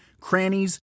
crannies